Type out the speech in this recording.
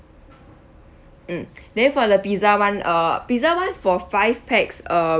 mm then for the pizza [one] uh pizza [one] for five pax uh